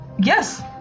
Yes